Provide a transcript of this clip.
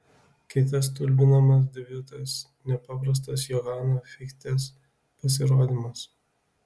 kitas stulbinamas debiutas nepaprastas johano fichtės pasirodymas